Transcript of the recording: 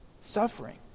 suffering